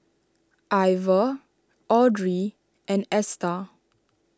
Iver Audrey and Esta